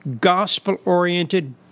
gospel-oriented